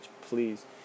please